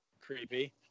Creepy